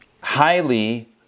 highly